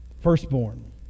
Firstborn